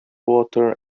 water